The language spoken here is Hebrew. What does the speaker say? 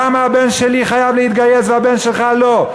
למה הבן שלי חייב להתגייס והבן שלך לא?